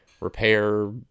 repair